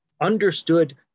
understood